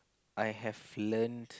I have learnt